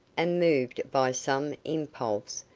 and moved by some impulse,